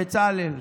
בצלאל.